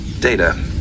Data